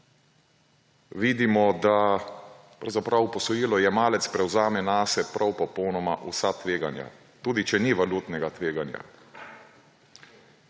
vidimo, da pravzaprav posojilojemalec prevzame nase prav popolnoma vsa tveganja, tudi če ni valutnega tveganja.